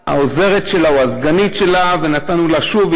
באה העוזרת שלה או הסגנית שלה, ונתנו לה שוב.